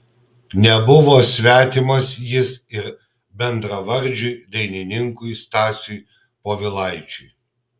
nebuvo svetimas jis ir bendravardžiui dainininkui stasiui povilaičiui